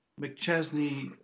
McChesney